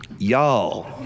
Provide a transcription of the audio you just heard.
y'all